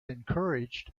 encouraged